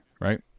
right